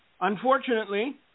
Unfortunately